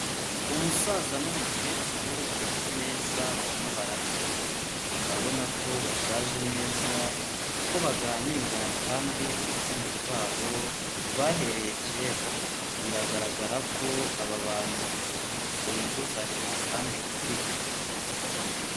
Umusaza n'umukecuru bari ku meza barimo bararya, urabona ko bashaje neza kuko baganira kandi urukundo rwabo rwahereye kera, biragaragara ko aba bantu buzuzanya kandi bumvikana.